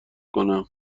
کنم